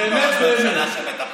באמת באמת,